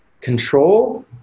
control